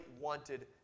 wanted